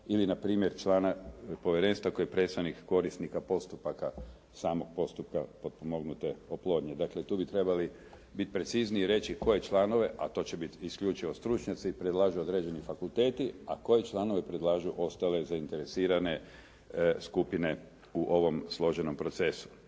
ili na primjer člana povjerenstva koji je predstavnik korisnika postupaka, samog postupka potpomognute oplodnje. Dakle, tu bi trebali biti precizniji i reći koje članove a to će biti isključivo stručnjaci predlažu određeni fakulteti a koji članovi predlažu ostale zainteresirane skupine u ovom složenom procesu.